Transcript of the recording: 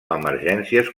emergències